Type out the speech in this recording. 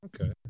Okay